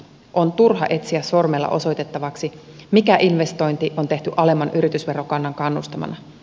on turha etsiä sormella osoitettavaksi mikä investointi on tehty alemman yritysverokannan kannustamana